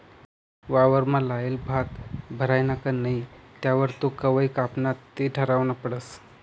वावरमा लायेल भात भरायना का नही त्यावर तो कवय कापाना ते ठरावनं पडस